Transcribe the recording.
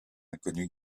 inconnus